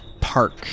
park